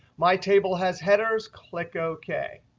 my table has headers. click ok.